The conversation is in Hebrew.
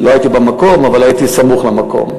לא הייתי במקום אבל הייתי סמוך למקום,